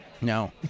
No